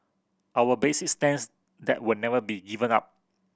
our basic stance that will never be given up